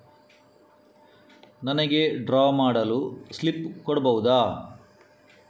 ನನಿಗೆ ಡ್ರಾ ಮಾಡಲು ಸ್ಲಿಪ್ ಕೊಡ್ಬಹುದಾ?